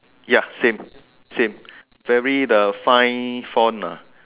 ya same same very the fine front lah